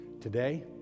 Today